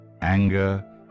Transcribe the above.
anger